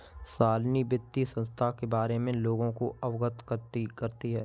शालिनी वित्तीय संस्थाएं के बारे में लोगों को अवगत करती है